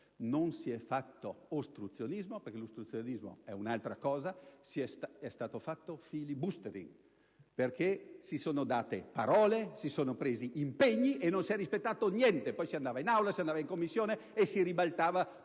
Non si è fatto ostruzionismo, perché l'ostruzionismo è un'altra cosa, ma è stato fatto *filibustering*, perché sono state date parole, si sono presi impegni e non si è rispettato niente. Quando si andava in Aula o in Commissione si ribaltava tutto